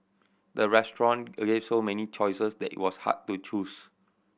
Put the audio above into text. the restaurant so many choices that it was hard to choose